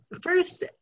first